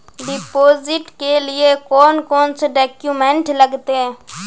Deposit के लिए कौन कौन से डॉक्यूमेंट लगते?